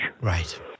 right